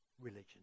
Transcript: religion